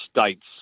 state's